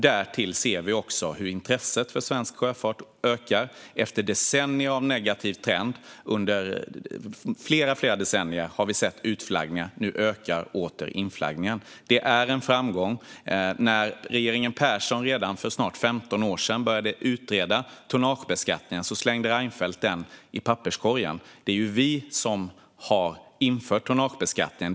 Därtill ser vi också hur intresset för svensk sjöfart ökar efter decennier av negativ trend. Under flera decennier har vi sett utflaggningar. Nu ökar åter inflaggningen. Det är en framgång. Regeringen Persson började redan för snart 15 år sedan att utreda tonnagebeskattningen, men Reinfeldt slängde utredningen i papperskorgen. Det är vi som har infört tonnagebeskattningen.